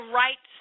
right